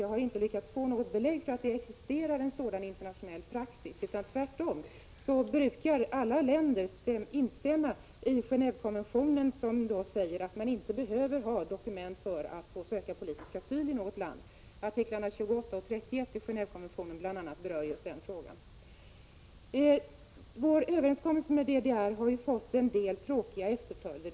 Jag har inte lyckats få något belägg för att en sådan praxis existerar, utan tvärtom brukar alla länder instämma i Gen&vekonventionen, i vilken det sägs att man inte behöver ha dokument för att få söka politisk asyli ett land. Bl.a. artiklarna 28 och 31 i Gendvekonventionen berör just den frågan. Vår överenskommelse med DDR har fått en del tråkiga följder.